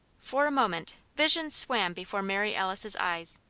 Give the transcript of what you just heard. for a moment, visions swam before mary alice's eyes.